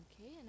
okay